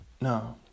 No